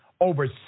over